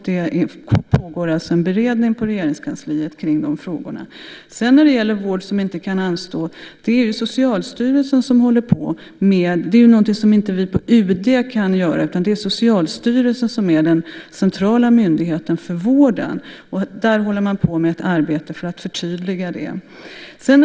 Det pågår en beredning på Regeringskansliet kring frågorna. Sedan var det frågan om vård som inte kan anstå. Det är någonting som vi på UD inte kan avgöra. Det är Socialstyrelsen som är den centrala myndigheten för vården. Där håller man på med ett arbete för att förtydliga detta.